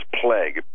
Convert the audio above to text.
plague